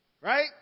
Right